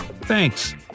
Thanks